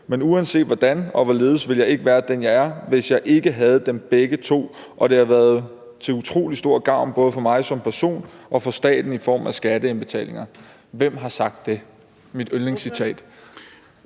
Men uanset hvordan og hvorledes ville jeg ikke være den, jeg er, hvis jeg ikke havde dem begge to, og det har været til utrolig stor gavn både for mig som person og for staten i form af skatteindbetalinger. Hvem har sagt det? Det er mit yndlingscitat.